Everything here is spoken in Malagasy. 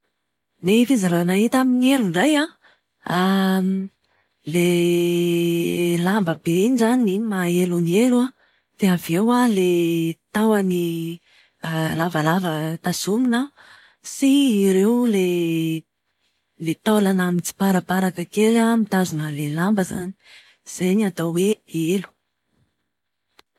Ny fizarana hita amin'ny elo indray an, ilay lamba be iny izany. Iny no maha-elo ny elo an, dia avy eo an, ilay tahony lavalava tazomina an, sy ireo ilay ilay taolana mitsiparaparaka kely an mitazona an'ilay lamba izany. Izany ny atao hoe elo.